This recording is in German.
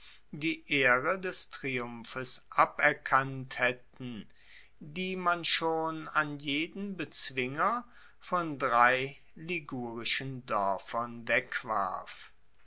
die ehre des triumphes aberkannt haetten die man schon an jeden bezwinger von drei ligurischen doerfern wegwarf